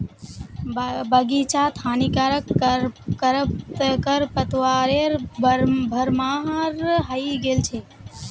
बग़ीचात हानिकारक खरपतवारेर भरमार हइ गेल छ